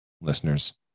listeners